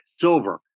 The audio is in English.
silver